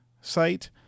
site